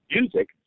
music